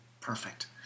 Perfect